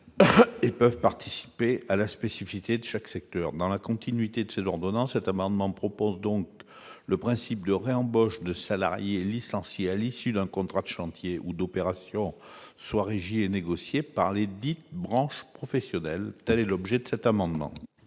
et peuvent participer à la spécificité de chaque secteur, dans la continuité de ses ordonnances, cet amendement propose donc le principe de réembauche de salariés licenciés à l'issue d'un contrat d'chantiers ou d'opérations soit et négocié par les dite branche professionnelle, telle est l'objet de cet amendement.